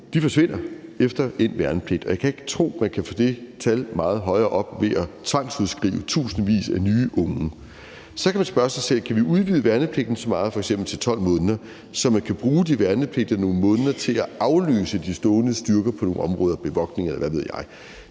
– forsvinder efter endt værnepligt, og jeg kan ikke tro, at man kan få det tal meget højere op ved at tvangsudskrive tusindvis af nye unge. Så kan man spørge sig selv, om vi kan udvide værnepligten så meget, f.eks. til 12 måneder, at man kan bruge de værnepligtige nogle måneder til at afløse de stående styrker på nogle områder, f.eks. til bevogtning, eller hvad ved jeg.